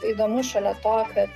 įdomus šalia to kad